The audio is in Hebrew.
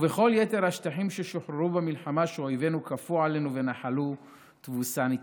ובכל יתר השטחים ששוחררו במלחמה שאויבינו כפו עלינו ונחלו תבוסה ניצחת.